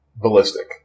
Ballistic